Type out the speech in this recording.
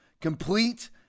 complete